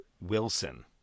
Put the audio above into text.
Wilson